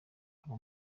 akaba